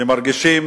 שמרגישים